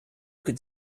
could